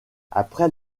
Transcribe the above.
après